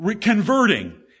Converting